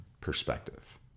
perspective